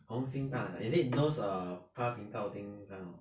红星大奖 is it those err 八频道 thing kind of